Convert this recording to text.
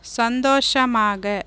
சந்தோஷமாக